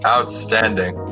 Outstanding